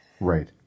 Right